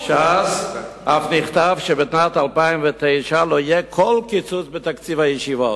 ש"ס אף נכתב שבשנת 2009 לא יהיה כל קיצוץ בתקציב הישיבות.